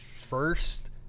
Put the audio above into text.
first